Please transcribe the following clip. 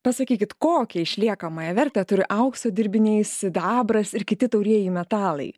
pasakykit kokią išliekamąją vertę turi aukso dirbiniai sidabras ir kiti taurieji metalai